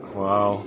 wow